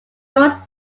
flows